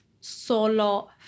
solo